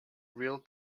real